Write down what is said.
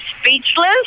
speechless